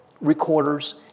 recorders